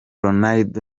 ronaldo